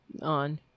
on